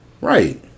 Right